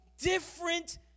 Different